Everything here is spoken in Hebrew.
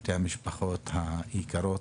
שתי המשפחות היקרות,